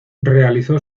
realizó